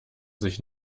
sich